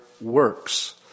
works